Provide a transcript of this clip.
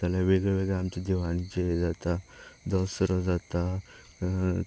जाल्यार वेगळ्या वेगळ्या आमच्या देवळांचें हें जाता दसरो जाता